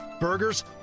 burgers